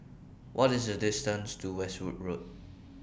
What IS The distance to Westwood Road